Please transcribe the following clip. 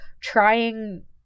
trying